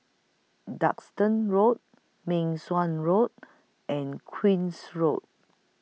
Duxton Road Meng Suan Road and Queen's Road